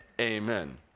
Amen